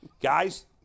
Guys